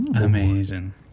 Amazing